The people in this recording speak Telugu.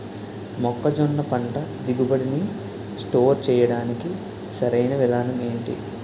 మొక్కజొన్న పంట దిగుబడి నీ స్టోర్ చేయడానికి సరియైన విధానం ఎంటి?